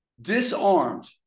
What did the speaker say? disarmed